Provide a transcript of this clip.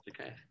Okay